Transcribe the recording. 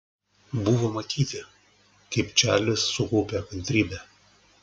buvo matyti kaip čarlis sukaupia kantrybę